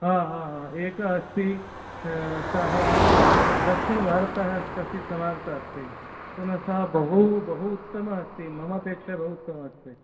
एक अस्ति सः दक्षिणभारततः कश्चित् समागतः अस्ति पुनः सः बहु बहु उत्तमः अस्ति ममापेक्षया बहु उत्तमः अस्ति